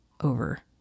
over